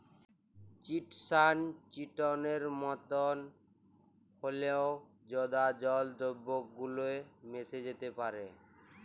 chitosan চিটনের মতন হঁল্যেও জঁদা জল দ্রাবকে গুল্যে মেশ্যে যাত্যে পারে